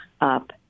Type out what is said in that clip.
up